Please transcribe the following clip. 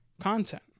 content